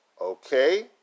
okay